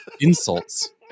insults